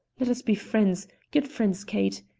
let us be friends, good friends, kate,